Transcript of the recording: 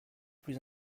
plus